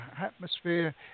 atmosphere